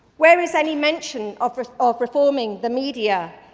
where is and a mention of ah of reforming the media?